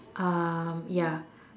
um ya